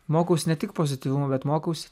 mokausi ne tik pozityvumo bet mokaus